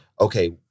Okay